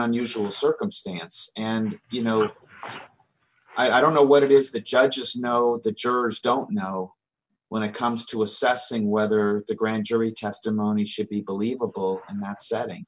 unusual circumstance and you know i don't know what it is the judges know the jurors don't know when it comes to assessing whether the grand jury testimony should be illegal in that setting